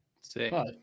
See